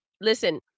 Listen